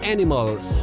Animals